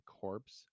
corpse